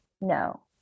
no